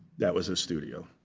that was a studio.